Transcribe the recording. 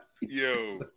Yo